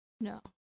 No